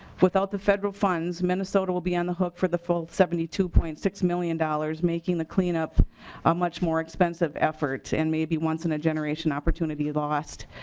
without the federal funds minnesota will be on the hook for the full seventy two point six million dollars taken the cleanup much more expensive effort and maybe once in a generation opportunity lost.